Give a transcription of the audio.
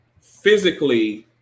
physically